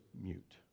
mute